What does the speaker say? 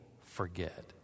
forget